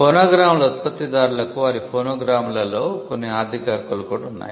ఫోనోగ్రామ్ల ఉత్పత్తిదారులకు వారి ఫోనోగ్రామ్లలో కొన్ని ఆర్థిక హక్కులు కూడా ఉన్నాయి